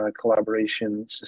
collaboration